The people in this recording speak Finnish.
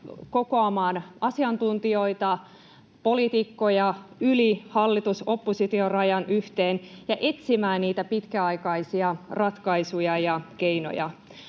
kokoamaan asiantuntijoita, poliitikkoja yli hallitus—oppositio-rajan yhteen ja etsimään niitä pitkäaikaisia ratkaisuja ja keinoja?